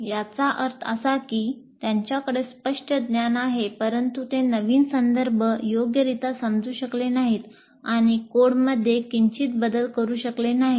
याचा अर्थ असा की त्यांच्याकडे स्पष्ट ज्ञान आहे परंतु ते नवीन संदर्भ योग्यरित्या समजू शकले नाहीत आणि कोडमध्ये किंचित बदल करू शकले नाहीत